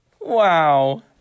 Wow